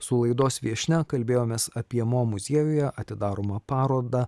su laidos viešnia kalbėjomės apie mo muziejuje atidaromą parodą